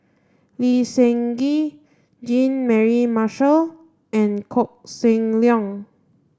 Lee Seng Gee Jean Mary Marshall and Koh Seng Leong